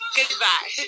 Goodbye